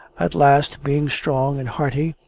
at last, being strong and hearty,